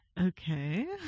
Okay